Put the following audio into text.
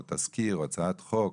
תזכיר או הצעת חוק,